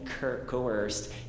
coerced